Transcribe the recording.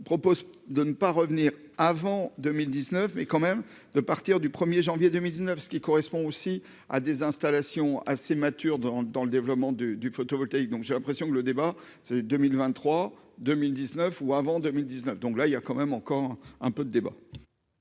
propose de ne pas revenir avant 2019 mais quand même de partir du 1er janvier 2019, ce qui correspond aussi à des installations assez mature dans dans le développement du photovoltaïque. Donc j'ai l'impression que le débat c'est 2023, 2019 ou avant 2019. Donc là il y a quand même encore un peu de débat.--